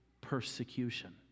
Persecution